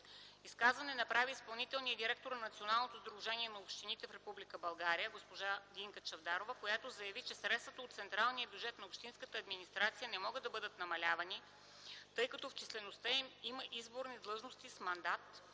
Изказване направи изпълнителният директор на Националното сдружение на общините в Република България госпожа Гинка Чавдарова, която заяви, че средствата от централния бюджет за общинската администрация не могат да бъдат намалявани, тъй като в числеността има изборни длъжности с мандат,